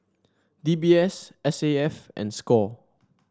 D B S S A F and Score